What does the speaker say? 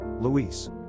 Luis